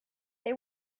they